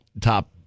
top